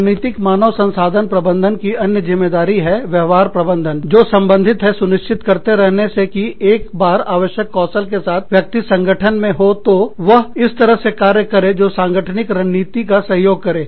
रणनीतिक मानव संसाधन प्रबंधन की अन्य जिम्मेदारी है व्यवहार प्रबंधन जो संबंधित है सुनिश्चित करते रहने से कि एक बार आवश्यक कौशल के साथ व्यक्ति संगठन में हो तो वह इस तरह से कार्य करें जो सांगठनिक रणनीति का सहयोग करें